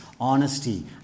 honesty